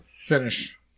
Finish